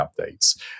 updates